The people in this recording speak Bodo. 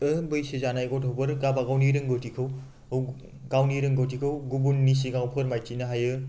बैसो जानाय गथ'फोर गावबा गावनि रोंगौथिखौ गावनि रोंगौथिखौ गुबुननि सिगांयाव फोरमायथिनो हायो